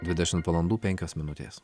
dvidešimt valandų penkios minutės